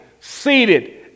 seated